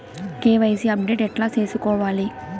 KYC update ఎట్లా సేసుకోవాలి?